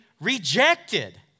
rejected